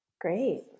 Great